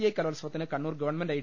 I കലോത്സവത്തിന് Kannur government I